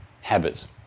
habits